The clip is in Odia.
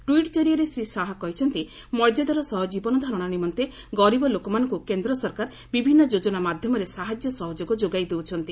ଟ୍ୱିଟ୍ ଜରିଆରେ ଶ୍ରୀ ଶାହା କହିଛନ୍ତି ମର୍ଯ୍ୟାଦାର ସହ ଜୀବନ ଧାରଣ ନିମନ୍ତେ ଗରିବ ଲୋକମାନଙ୍କୁ କେନ୍ଦ୍ର ସରକାର ବିଭିନ୍ନ ଯୋଜନା ମାଧ୍ୟମରେ ସାହାଯ୍ୟ ସହଯୋଗ ଯୋଗାଇ ଦେଉଛନ୍ତି